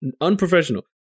Unprofessional